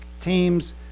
teams